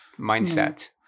mindset